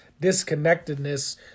disconnectedness